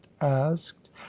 asked